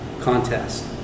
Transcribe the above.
contest